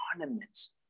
ornaments